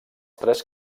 tres